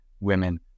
women